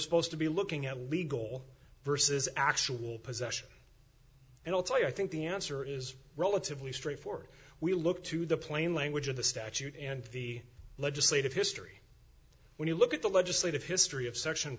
supposed to be looking at legal versus actual possession and also i think the answer is relatively straightforward we look to the plain language of the statute and the legislative history when you look at the legislative history of section